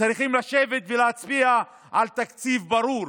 צריכים לשבת ולהצביע על תקציב ברור,